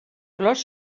flors